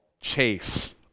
Chase